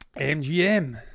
MGM